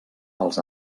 als